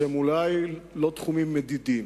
שהם אולי לא תחומים מדידים.